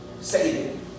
saving